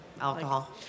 alcohol